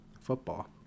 football